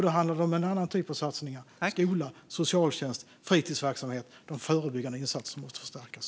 Då handlar det om en annan typ av satsningar - skola, socialtjänst och fritidsverksamhet. De förebyggande insatserna måste förstärkas.